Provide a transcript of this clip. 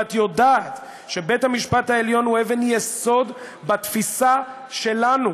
את יודעת שבית המשפט העליון הוא אבן יסוד בתפיסה שלנו.